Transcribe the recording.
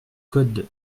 code